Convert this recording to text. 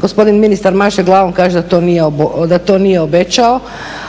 gospodin ministar maše glavom kaže da to nije obećao